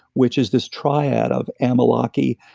which is this triad of amelachie